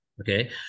okay